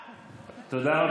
תודה.